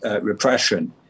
repression